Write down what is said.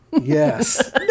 yes